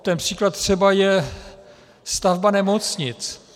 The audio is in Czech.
Ten příklad třeba je stavba nemocnic.